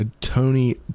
Tony